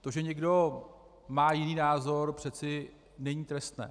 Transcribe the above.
To, že někdo má jiný názor, přece není trestné.